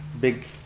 big